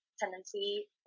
Tendency